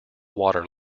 water